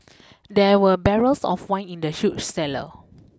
there were barrels of wine in the huge cellar